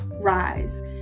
rise